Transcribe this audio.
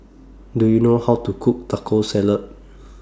Do YOU know How to Cook Taco Salad